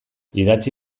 idatzi